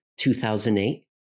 2008